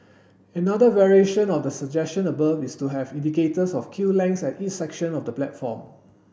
another variation of the suggestion above is to have indicators of queue lengths at each section of the platform